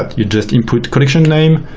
you just input collection name,